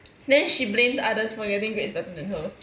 then she blames others for getting grades better than her